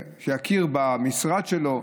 שיכיר במשרד שלו,